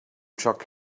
truck